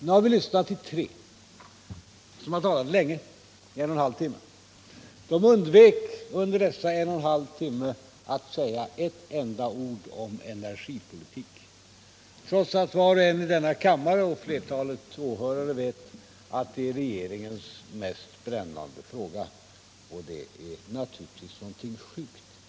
Vi har nu lyssnat till tre som har talat länge, en och en halv timme. De undvek under denna tid att säga ett enda ord om energipolitik, trots att var och en i denna kammare och flertalet åhörare vet att det är regeringens mest brännande fråga. Det är naturligtvis någonting sjukt i detta.